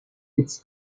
its